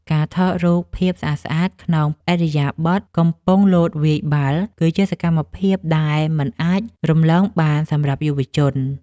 ការថតរូបភាពស្អាតៗក្នុងឥរិយាបថកំពុងលោតវាយបាល់ គឺជាសកម្មភាពដែលមិនអាចរំលងបានសម្រាប់យុវជន។